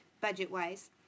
budget-wise